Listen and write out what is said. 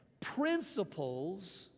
principles